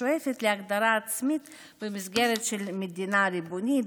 השואפת להגדרה עצמית במסגרת של מדינה ריבונית,